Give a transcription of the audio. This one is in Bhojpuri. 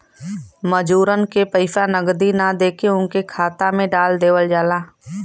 मजूरन के पइसा नगदी ना देके उनके खाता में डाल देवल जाला